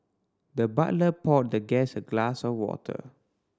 the butler poured the guest a glass of water